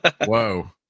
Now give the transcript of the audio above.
whoa